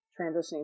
transitioning